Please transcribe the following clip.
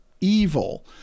evil